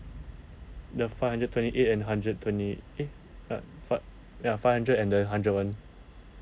the five hundred twenty eight and hundred twenty eh uh fi~ ya five hundred and the hundred [one]